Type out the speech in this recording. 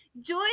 Joy